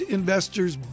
investors